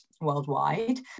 worldwide